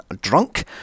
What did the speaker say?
drunk